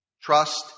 Trust